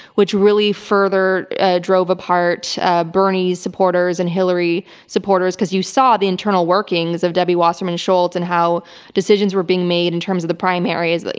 which really further drove apart bernie's supporters and hillary supporters. because you saw the internal workings of debbie wasserman schultz, and how decisions were being made, in terms of the primaries. like